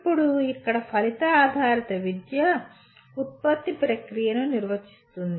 ఇప్పుడు ఇక్కడ ఫలిత ఆధారిత విద్య ఉత్పత్తి ప్రక్రియను నిర్వచిస్తుంది